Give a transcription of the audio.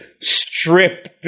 strip